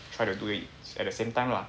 try to do it at the same time lah